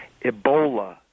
Ebola